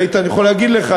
ואיתן יכול להגיד לך,